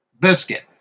Biscuit